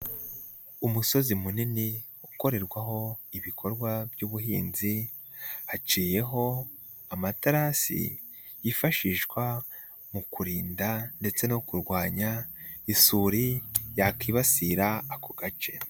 Umusozi munini ukorerwaho ibikorwa by'ubuhinzi haciyeho amaterasi yifashishwa mu kurinda ndetse no kurwanya isuri yakibasira ako gace.